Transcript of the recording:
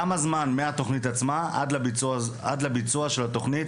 כמה זמן מהתוכנית עצמה עד לביצוע של התוכנית?